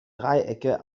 dreiecke